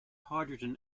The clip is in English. hydrogen